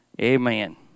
Amen